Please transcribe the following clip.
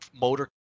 motor